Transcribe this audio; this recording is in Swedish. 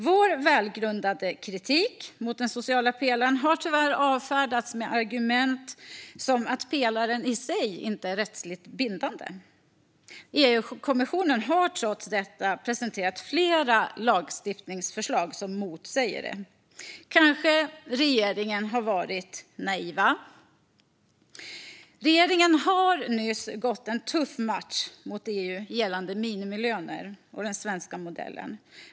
Vår välgrundade kritik mot den sociala pelaren har tyvärr avfärdats med argument som att pelaren i sig inte är rättsligt bindande. EU-kommissionen har trots detta presenterat flera lagstiftningsförslag som motsäger det. Kanske regeringen har varit naiv. Regeringen har nyss gått en tuff match mot EU gällande minimilöner och den svenska modellen.